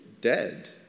dead